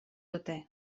dute